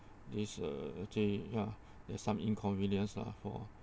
this uh actually ya there's some inconvenience lah for